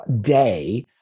day